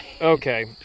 Okay